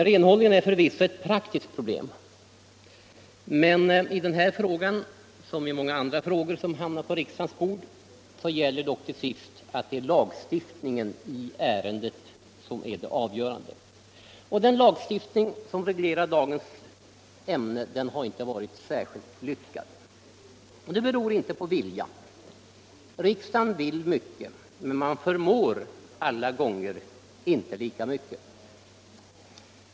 Renhållningen är förvisso ett praktiskt problem, men i den här frågan, som i många andra frågor som hamnar på riksdagens bord, gäller dock till sist att lagstiftningen i ärendet är det avgörande. Den lagsuftning som reglerar dagens ämne har inte varit särskilt lyckad. Det beror nog på viljan. Riksdagen vill mycket. men den förmår inte alla gånger lika mycket.